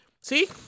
See